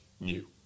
new